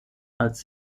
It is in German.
als